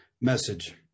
message